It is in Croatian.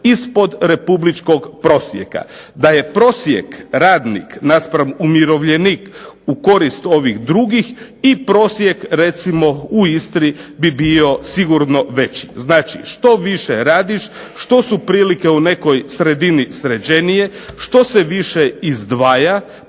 ispod republičkog prosjeka, da je prosjek radnik naspram umirovljenik u korist ovih drugih i prosjek recimo u Istri bi bio sigurno veći. Znači što više radiš, što su prilike u nekoj sredini sređenije, što se više izdvaja